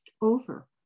over